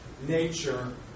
nature